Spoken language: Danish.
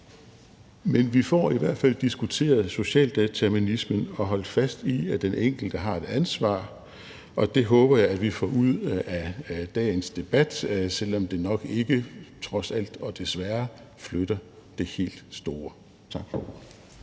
Men vi får i hvert fald diskuteret socialdeterminismen og holdt fast i, at den enkelte har et ansvar, og det håber jeg at vi får ud af dagens debat, selv om det nok ikke trods alt og desværre flytter det helt store. Tak for ordet.